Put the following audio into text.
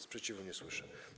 Sprzeciwu nie słyszę.